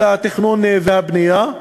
של התכנון והבנייה.